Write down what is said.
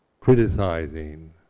criticizing